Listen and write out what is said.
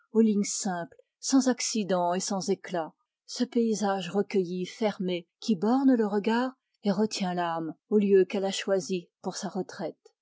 sans accident et sans éclat ce paysage recueilli fermé qui borne le regard et retient l'âme au lieu qu'elle a choisi pour retraite